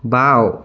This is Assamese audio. বাওঁ